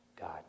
God